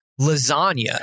lasagna